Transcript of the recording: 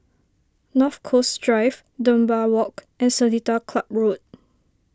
North Coast Drive Dunbar Walk and Seletar Club Road